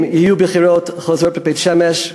אם יהיו בחירות חוזרות בבית-שמש,